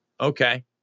okay